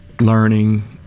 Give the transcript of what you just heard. learning